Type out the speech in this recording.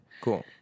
Cool